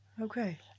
Okay